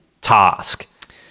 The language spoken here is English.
task